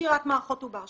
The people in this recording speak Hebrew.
סקירת מערכות עובר,